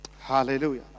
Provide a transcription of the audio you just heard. Hallelujah